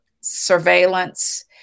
surveillance